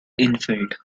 infield